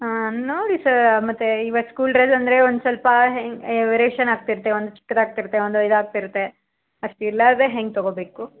ಹಾಂ ನೋಡಿ ಸರ್ ಮತ್ತೆ ಇವತ್ತು ಸ್ಕೂಲ್ ಡ್ರೆಸ್ ಅಂದರೆ ಒಂದ್ಸಲ್ಪ ವೆರಿಯೇಷನ್ ಆಗ್ತಾಯಿರುತ್ತೆ ಒಂದು ಚಿಕ್ಕದಾಗ್ತಿರುತ್ತೆ ಒಂದು ಇದಾಗ್ತಿರುತ್ತೆ ಅಷ್ಟಿಲ್ಲದೆ ಹೆಂಗೆ ತಗೊಳ್ಬೇಕು